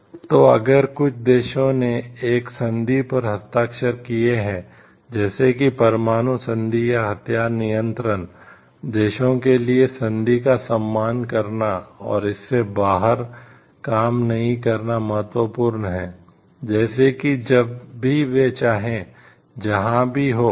इसलिए अगर कुछ देशों ने एक संधि पर हस्ताक्षर किए हैं जैसे कि परमाणु संधि या हथियार नियंत्रण देशों के लिए संधि का सम्मान करना और इससे बाहर काम नहीं करना महत्वपूर्ण है जैसे कि जब भी वे चाहें जहां भी हों